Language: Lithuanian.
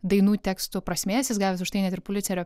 dainų tekstų prasmės jis gavęs už tai net ir pulicerio